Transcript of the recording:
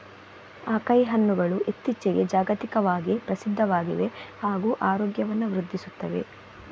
acai ಹಣ್ಣುಗಳು ಇತ್ತೀಚಿಗೆ ಜಾಗತಿಕವಾಗಿ ಪ್ರಸಿದ್ಧವಾಗಿವೆ ಹಾಗೂ ಆರೋಗ್ಯವನ್ನು ವೃದ್ಧಿಸುತ್ತವೆ